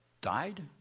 died